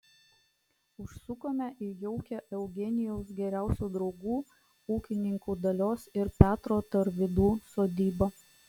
užsukome į jaukią eugenijaus geriausių draugų ūkininkų dalios ir petro tarvydų sodybą